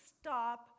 stop